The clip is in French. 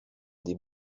des